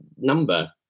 number